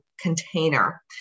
container